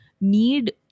need